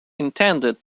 intended